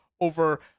over